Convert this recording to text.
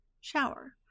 Shower